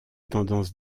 tendances